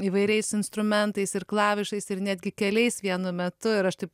įvairiais instrumentais ir klavišais ir netgi keliais vienu metu ir aš taip